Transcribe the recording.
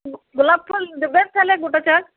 গো গোলাপ ফুল দেবেন তাহলে গোটা চার